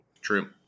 True